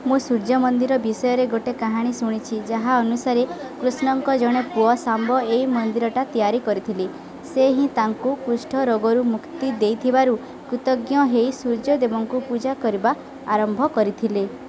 ମୁଁ ସୂର୍ଯ୍ୟ ମନ୍ଦିର ବିଷୟରେ ଗୋଟିଏ କାହାଣୀ ଶୁଣିଛି ଯାହା ଅନୁସାରେ କୃଷ୍ଣଙ୍କ ଜଣେ ପୁଅ ଶାମ୍ବ ଏଇ ମନ୍ଦିରଟା ତିଆରି କରିଥିଲେ ସେ ହିଁ ତାଙ୍କୁ କୁଷ୍ଠ ରୋଗରୁ ମୁକ୍ତି ଦେଇଥିବାରୁ କୃତଜ୍ଞ ହୋଇ ସୂର୍ଯ୍ୟଦେବଙ୍କୁ ପୂଜା କରିବା ଆରମ୍ଭ କରିଥିଲେ